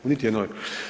U niti jednoj.